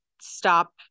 stop